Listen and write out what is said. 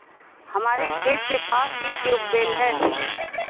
हमारे खेत के पास ही ट्यूबवेल है